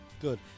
Good